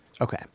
okay